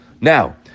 Now